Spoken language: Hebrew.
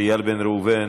איל בן ראובן,